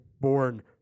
born